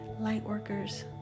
Lightworkers